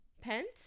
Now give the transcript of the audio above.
Pence